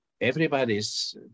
everybody's